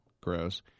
gross